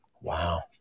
Wow